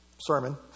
sermon